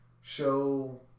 show